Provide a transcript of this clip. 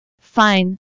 Fine